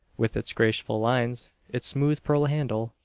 with its graceful lines, its smooth pearl handle,